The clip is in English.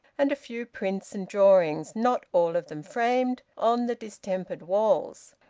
and a few prints and drawings, not all of them framed, on the distempered walls.